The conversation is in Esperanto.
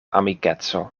amikeco